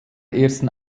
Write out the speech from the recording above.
ersten